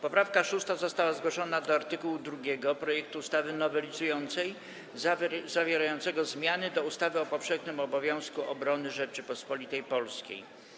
Poprawka 6. została zgłoszona do art. 2 projektu ustawy nowelizującej zawierającego zmiany do ustawy o powszechnym obowiązku obrony Rzeczypospolitej Polskiej.